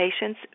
patients